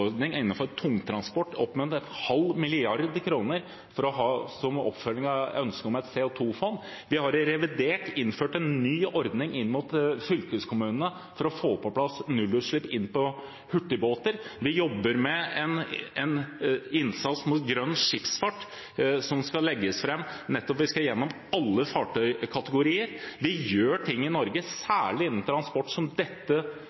tungtransport på opp mot en halv milliard kroner, som en oppfølging av ønsket om et CO 2 -fond. Vi har i revidert budsjett innført en ny ordning for fylkeskommunene for å få på plass nullutslipp for hurtigbåter. Vi jobber med en innsats for grønn skipsfart, som skal legges fram, der vi går igjennom alle fartøykategorier. Vi gjør ting i Norge,